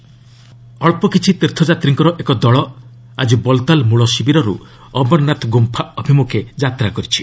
ଅମରନାଥ ଯାତ୍ରା ଅଳ୍ପ କିଛି ତୀର୍ଥଯାତ୍ରୀଙ୍କର ଏକ ଦଳ ଆଜି ବଲ୍ତାଲ୍ ମୂଳ ଶିବିରରୁ ଅମରନାଥ ଗୁମ୍ଫା ଅଭିମ୍ରଖେ ଯାତ୍ରା କରିଛି